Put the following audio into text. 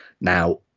Now